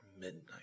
midnight